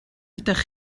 ydych